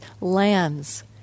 lands